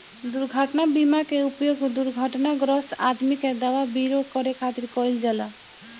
दुर्घटना बीमा के उपयोग दुर्घटनाग्रस्त आदमी के दवा विरो करे खातिर कईल जाला